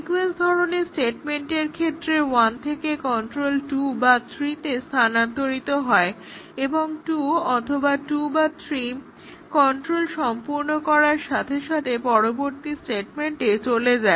sequence ধরনের স্টেটমেন্টগুলোর ক্ষেত্রে 1 থেকে কন্ট্রোল হয় 2 বা 3 স্থানান্তরিত হয় এবং 2 অথবা 2 বা 3 কন্ট্রোল সম্পূর্ণ করার সাথে সাথে পরবর্তী স্টেটমেন্টে চলে যায়